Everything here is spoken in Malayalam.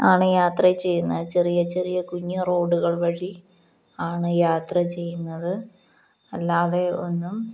ആണ് യാത്ര ചെയ്യുന്നത് ചെറിയ ചെറിയ കുഞ്ഞു റോഡുകൾ വഴി ആണു യാത്ര ചെയ്യുന്നത് അല്ലാതെ ഒന്നും